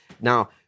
Now